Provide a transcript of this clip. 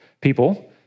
people